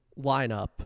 lineup